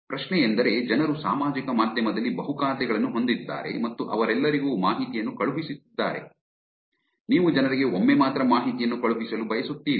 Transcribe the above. ಪ್ರಶ್ನೆಯೆಂದರೆ ಜನರು ಸಾಮಾಜಿಕ ಮಾಧ್ಯಮದಲ್ಲಿ ಬಹು ಖಾತೆಗಳನ್ನು ಹೊಂದಿದ್ದಾರೆ ಮತ್ತು ಅವರೆಲ್ಲರಿಗೂ ಮಾಹಿತಿಯನ್ನು ಕಳುಹಿಸುತ್ತಿದ್ದಾರೆ ನೀವು ಜನರಿಗೆ ಒಮ್ಮೆ ಮಾತ್ರ ಮಾಹಿತಿಯನ್ನು ಕಳುಹಿಸಲು ಬಯಸುತ್ತೀರಿ